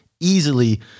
easily